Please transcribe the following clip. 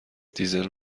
دیزل